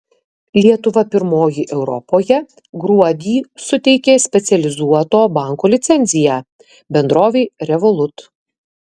lietuva pirmoji europoje gruodį suteikė specializuoto banko licenciją bendrovei revolut